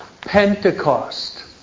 Pentecost